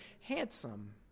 handsome